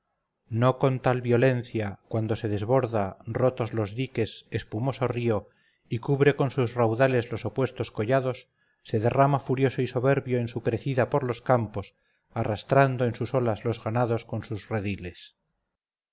no con tal violencia cuando se desborda rotos los diques espumoso río y cubre con sus raudales los opuestos collados se derrama furioso y soberbio en su crecida por los campos arrastrando en sus olas los ganados con sus rediles